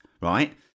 Right